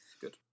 Good